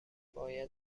باید